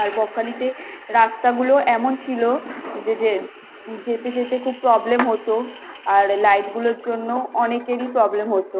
আর বকখালিতে রাস্তাগুলো এমন ছিলো যে যে যেতে যেতে খুব প্রবলেম হতো আর লাইটগুলোর জন্যও অনেকেরই প্রবলেম হতো